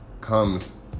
comes